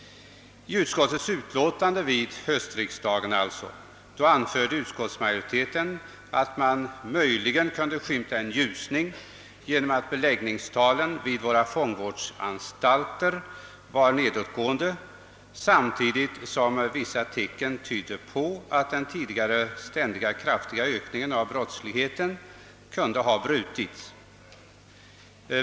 I utskottets utlåtande vid höstriksdagen anförde utskottsmajoriteten att en ljusning möjligen kunde skymtas genom att beläggningstalen vid våra fångvårdsanstalter var nedåtgående samtidigt som vissa tecken tydde på att den tidigare ständigt allt kraftigare ökningen av brottsligheten kunde ha brutits.